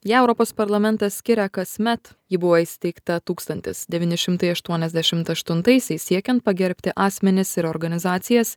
ją europos parlamentas skiria kasmet ji buvo įsteigta tūkstantis devyni šimtai aštuoniasdešimt aštuntaisiais siekiant pagerbti asmenis ir organizacijas